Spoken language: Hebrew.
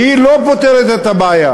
והיא לא פותרת את הבעיה.